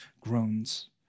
groans